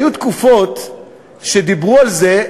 היו תקופות שדיברו על זה,